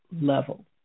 level